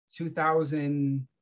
2000